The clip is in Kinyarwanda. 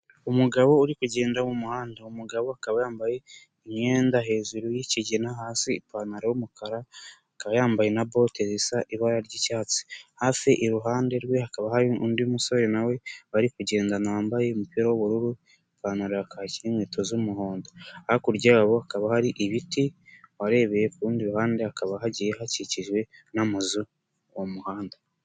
Umugabo uri kugenda mu muhanda uwo mugabo akaba yambaye imyenda hejuru y'ikigina hasi ipantaro y'umukara akaba yambaye na bote zisa ibara ry'icyatsi hafi iruhande rwe hakaba hari undi musore nawe bari kugendana wambaye umupira w'ubururu ipantaro ya kaki n'inkweto z'umuhondo hakurya yabo hakaba hari ibiti warebeye ku kurundi ruhande hakaba hagiye hakikijwe n'amazu uwo muhanda.